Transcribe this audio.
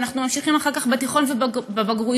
וממשיכים אחר כך בתיכון ובבגרויות,